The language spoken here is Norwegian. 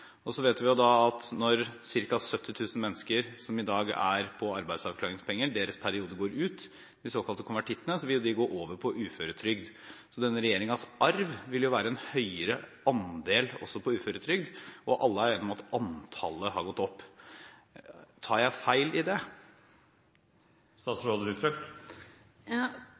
2005. Så vet vi at det er ca. 70 000 mennesker som i dag er på arbeidsavklaringspenger. Når deres periode går ut – de såkalte konvertittene – vil de gå over på uføretrygd. Denne regjeringens arv vil være en høyere andel også på uføretrygd. Og alle er enige om at antallet har gått opp. Tar jeg feil i det?